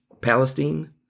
Palestine